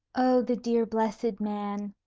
oh, the dear blessed man!